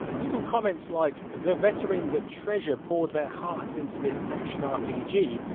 little comments like the veterans at treasure poured their hearts into this action rpg,